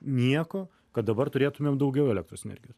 nieko kad dabar turėtumėm daugiau elektros energijos